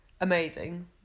amazing